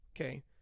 Okay